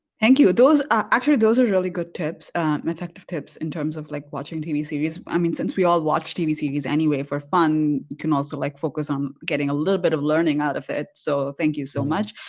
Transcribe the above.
thank you those actually those are really good tips my tactic tips in terms of like watching tv series i mean since we all watch tv series anyway for fun you can also like focus on getting a little bit of learning out of it so thank you so much